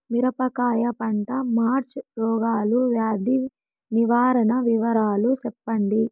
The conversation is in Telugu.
మిరపకాయ పంట మచ్చ రోగాల వ్యాధి నివారణ వివరాలు చెప్పండి?